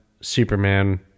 Superman